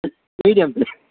medium